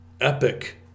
epic